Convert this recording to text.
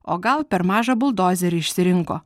o gal per mažą buldozerį išsirinko